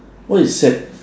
what is sad